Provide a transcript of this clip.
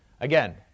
Again